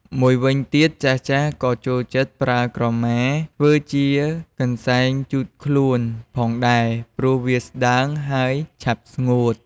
មួយវិញទៀត ចាស់ៗក៏ចូលចិត្តប្រើក្រមាធ្វើជាកន្សែងជូតខ្លួនផងដែរ ព្រោះវាស្ដើង ហើយឆាប់ស្ងួត។